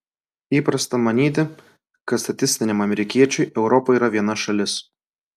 įprasta manyti kad statistiniam amerikiečiui europa yra viena šalis